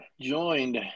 joined